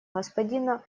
господина